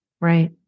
Right